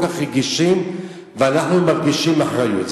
כל כך רגישים ואנחנו מרגישים אחריות.